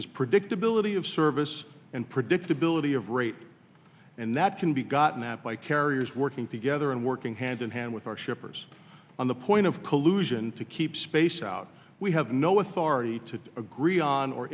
is predictability of service and predictability of rate and that can be gotten out by carriers working together and working hand in hand with our shippers on the point of collusion to keep space out we have no authority to agree on or